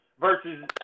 versus